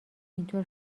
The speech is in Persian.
اینطور